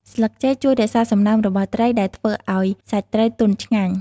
ស្លឹកចេកជួយរក្សាសំណើមរបស់ត្រី ដែលធ្វើឲ្យសាច់ត្រីទន់ឆ្ងាញ់។